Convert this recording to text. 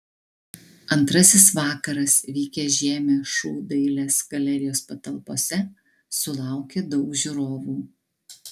antrasis vakaras vykęs žiemą šu dailės galerijos patalpose sulaukė daug žiūrovų